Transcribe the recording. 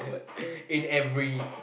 in every